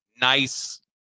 nice